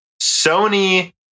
Sony